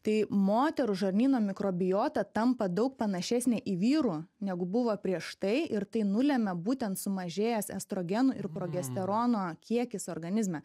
tai moterų žarnyno mikrobiota tampa daug panašesnė į vyrų negu buvo prieš tai ir tai nulemia būtent sumažėjęs estrogenų ir progesterono kiekis organizme